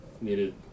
needed